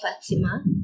Fatima